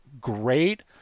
great